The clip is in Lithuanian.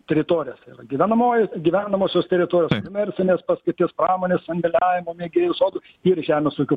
teritorijas gyvenamoji gyvenamosios teritorijos komercinės paskirties pramonės sandėliavimo mėgėjų sodų ir žemės ūkio